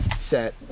set